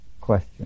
question